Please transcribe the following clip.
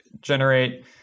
generate